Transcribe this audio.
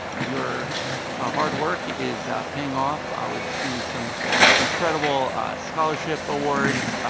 your ah hard work is paying off. ah we've seen some incredible scholarship awards,